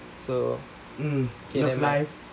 so